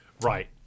Right